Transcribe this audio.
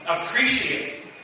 appreciate